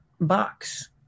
box